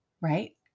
right